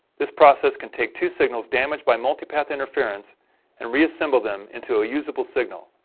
this process can take two signals damaged by multipath interference and reassemble them into a usable signal.